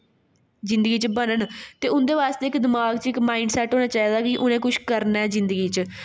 जिंदगी च बनन्न ते उं'दे आस्तै इक दिमाग च इक माइंड सेट होना चाहिदा कि उ'नें कुछ करना जिंदगी च